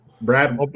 Brad